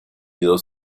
dos